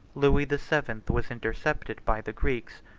louis the seventh was intercepted by the greeks,